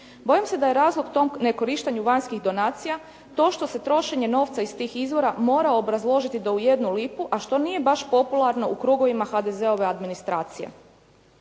Bojim se da je razlog tom nekorištenju vanjskih donacija to što se trošenje novca iz tih izvora mora obrazložiti do u jednu lipu, a što nije baš popularno u krugovima HDZ-ove administracije.